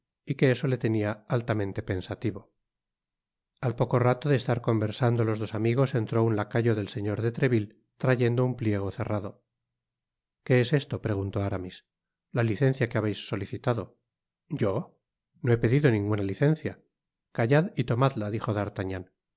y que eso le tenia altamente pensativo al poco rato de estar conversando los dos amigos entró un lacayo del señor de treville trayendo un pliego cerrado que es esto preguntó aramis la licencia que habéis solicitado yo no he pedido ninguna licencia callad y tomadla dijo